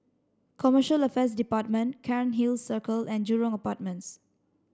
Commercial Affairs Department Cairnhill Circle and Jurong Apartments